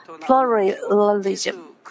pluralism